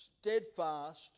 steadfast